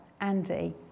Andy